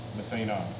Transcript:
Messina